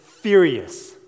furious